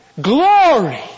Glory